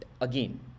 Again